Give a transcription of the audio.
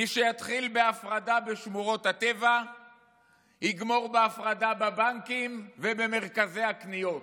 מי שיתחיל בהפרדה בשמורות הטבע יגמור בהפרדה בבנקים ובמרכזי הקניות,